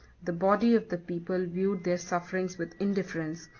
the body of the people viewed their sufferings with indifference,